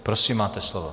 Prosím, máte slovo.